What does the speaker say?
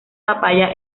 papaya